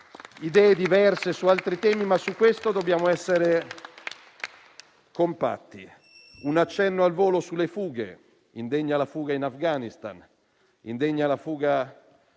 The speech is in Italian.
idee diverse su altri temi, ma su questo dobbiamo essere compatti. Un accenno al volo sulle fughe: indegna la fuga in Afghanistan, indegna la fuga